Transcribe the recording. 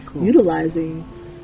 utilizing